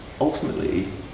ultimately